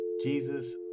Jesus